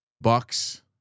Bucks